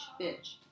bitch